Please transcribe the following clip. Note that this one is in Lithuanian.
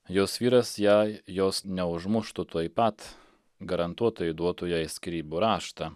jos vyras jai jos neužmuštų tuoj pat garantuotai duotų jai skyrybų raštą